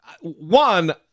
One